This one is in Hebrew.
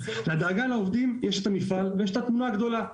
בדאגה לעובדים יש את המפעל ויש את התמונה הגדולה.